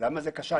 למה זה כשל,